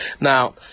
Now